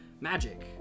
magic